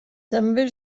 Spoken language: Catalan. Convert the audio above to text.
també